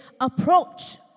approach